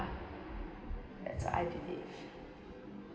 that's I believe